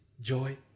joy